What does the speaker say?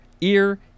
ear